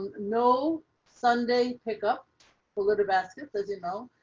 no sunday pick up a little basket, as you know,